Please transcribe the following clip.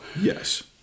Yes